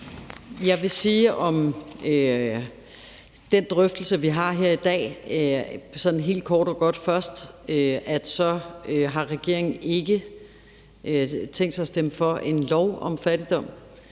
og godt om den drøftelse, vi har her i dag, sige, at regeringen ikke har tænkt sig at stemme for en lov om fattigdom.